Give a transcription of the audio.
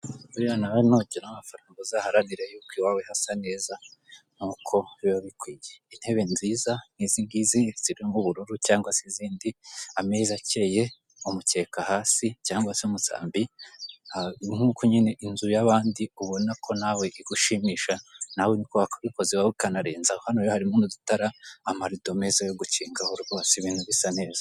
Buriya nawe nugira amafaranga uzaharanire yuko iwawe hasa neza nk'uko biba bikwiye. Intebe nziza nk'izi ngizi zirimo ubururu cyangwa se izindi, ameza akeye, umukeka hasi cyangwa se umusambi, nk'uko nyine inzu y'abandi ubona ko nawe igushimisha nawe ni ko wakabikoze wowe ukanarenzaho. Hano rero harimo n'udutara, amarido meza yo gukingaho rwose, ibintu bisa neza.